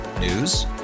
News